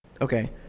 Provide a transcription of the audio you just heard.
Okay